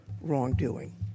wrongdoing